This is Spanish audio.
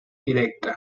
directa